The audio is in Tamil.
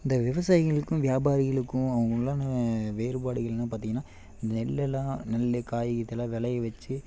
இந்த விவசாயிங்களுக்கும் வியாபாரிகளுக்கும் அவுங்கக்குள்ளான வேறுபாடுகள் என்ன பார்த்தீங்கன்னா நெல் எல்லாம் நெல் காய் இதெல்லாம் விளைய வைச்சி